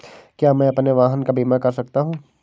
क्या मैं अपने वाहन का बीमा कर सकता हूँ?